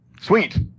Sweet